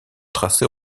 tracé